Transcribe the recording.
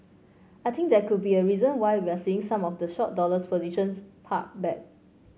I think that could be a reason why we're seeing some of the short dollar positions pared back